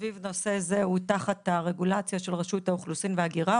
סביב נושא זה הוא תחת הרגולציה של רשות האוכלוסין וההגירה.